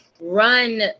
Run